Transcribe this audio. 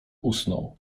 usnął